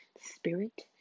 spirit